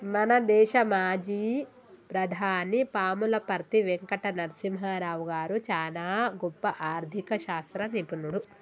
మన దేశ మాజీ ప్రధాని పాములపర్తి వెంకట నరసింహారావు గారు చానా గొప్ప ఆర్ధిక శాస్త్ర నిపుణుడు